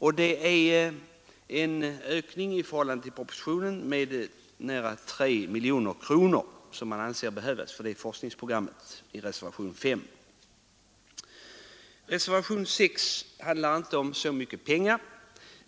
För detta forskningsprogram behövs enligt reservanterna en ökning av anslaget med nära 3 miljoner kronor. Reservationen 6 handlar inte om så mycket pengar